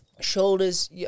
shoulders